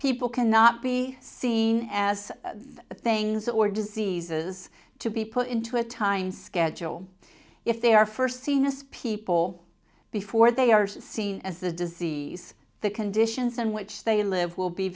people cannot be seen as the things or diseases to be put into a time schedule if they are first seen us papal before they are seen as a disease the conditions in which they live will be